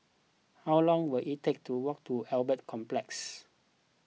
how long will it take to walk to Albert Complex